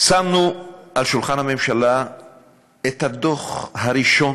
שמנו על שולחן הממשלה את הדוח הראשון